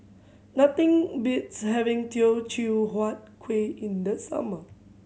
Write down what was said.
nothing beats having Teochew Huat Kueh in the summer